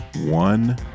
One